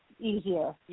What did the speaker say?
Easier